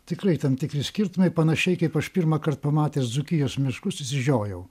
tikrai tam tikri skirtumai panašiai kaip aš pirmąkart pamatęs dzūkijos miškus išsižiojau